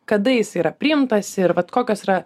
kada jis yra priimtas ir vat kokios yra